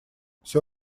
все